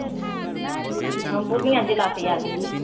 ओ हम पूर्णिया जिला से आयल छी